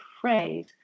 phrase